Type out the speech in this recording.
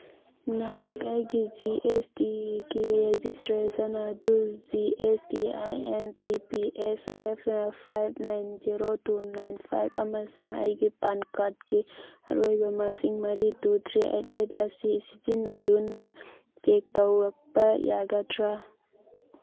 ꯅꯍꯥꯛ ꯑꯩꯒꯤ G S ꯇꯤꯒꯤ ꯔꯦꯖꯤꯁꯇ꯭ꯔꯦꯁꯟ ꯑꯗꯨ G S T I N T P S F five nine zero two nine five ꯑꯃꯁꯨꯡ ꯑꯩꯒꯤ ꯄꯥꯟ ꯀꯥꯔꯠꯀꯤ ꯑꯔꯣꯏꯕ ꯃꯁꯤꯡ ꯃꯔꯤ ꯇꯨ ꯊ꯭ꯔꯤ ꯑꯩꯠ ꯑꯩꯠ ꯑꯁꯤ ꯁꯤꯖꯤꯟꯅꯗꯨꯅ ꯆꯦꯛ ꯇꯧꯔꯛꯄ ꯌꯥꯒꯗ꯭ꯔꯥ